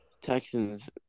Texans